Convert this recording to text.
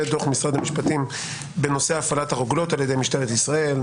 ודוח משרד המשפטים בנושא הפעלת הרוגלות על ידי משטרת ישראל,